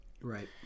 Right